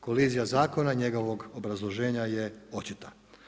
Kolizija zakona i njegovog obrazloženja je očita.